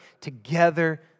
together